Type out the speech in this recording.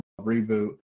Reboot